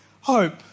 hope